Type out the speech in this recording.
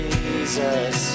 Jesus